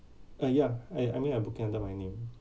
uh yeah I I mean I book it under my name